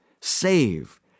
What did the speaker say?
save